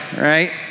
right